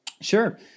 Sure